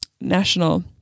National